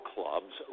Clubs